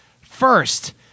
First